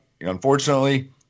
unfortunately